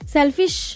Selfish